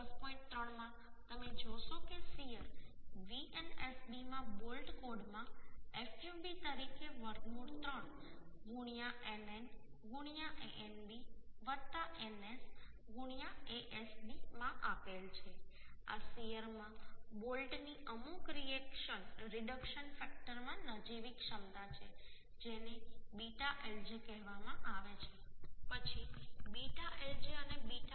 3 માં તમે જોશો કે શીયર Vnsb માં બોલ્ટ કોડમાં fub તરીકે વર્ગમૂળ 3 nn Anb ns Asb માં આપેલ છે આ શીયર માં બોલ્ટની અમુક રિડક્શન ફેક્ટરમાં નજીવી ક્ષમતા છે જેને β lj કહેવામાં આવે છે પછી β lg અને β PKg